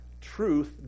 Truth